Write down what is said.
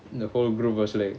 the whole group was like